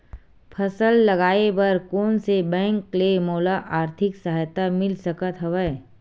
फसल लगाये बर कोन से बैंक ले मोला आर्थिक सहायता मिल सकत हवय?